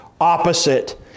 opposite